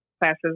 classes